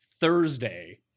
Thursday